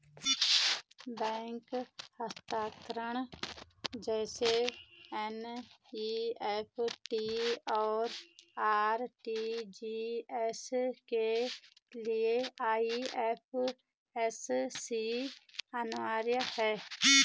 bank हस्तांतरण जैसे NEFT, और आर.टी.जी.एस के लिए आई.एफ.एस.सी अनिवार्य है